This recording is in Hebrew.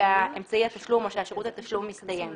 שאמצעי התשלום או ששירות התשלום הסתיים.